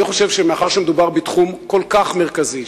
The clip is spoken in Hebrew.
אני חושב שמאחר שמדובר בתחום כל כך מרכזי,